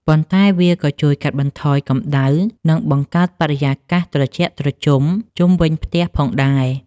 ប៉ុន្តែវាក៏ជួយកាត់បន្ថយកម្ដៅ និងបង្កើតបរិយាកាសត្រជាក់ត្រជុំជុំវិញផ្ទះផងដែរ។